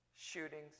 shootings